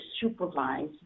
supervise